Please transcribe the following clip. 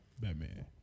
Batman